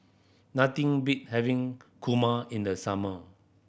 nothing beat having kurma in the summer